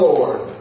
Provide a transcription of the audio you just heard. Lord